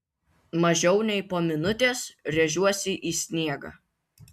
mažiau nei po minutės rėžiuosi į sniegą